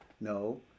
No